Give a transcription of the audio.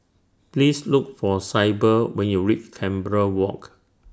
Please Look For Syble when YOU REACH Canberra Walk